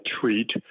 treat